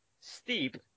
steep